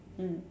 mm